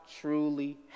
truly